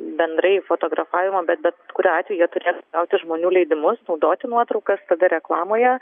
bendrai fotografavimo bet bet kuriuo atveju jie turėtų gauti žmonių leidimus naudoti nuotraukas tada reklamoje